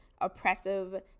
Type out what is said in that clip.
oppressive